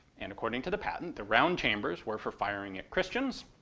and according to the patent the round chambers were for firing at christians,